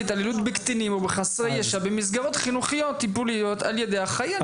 התעללות בקטינים או בחסרי ישע במסגרות חינוכיות-טיפוליות על ידי אחראי,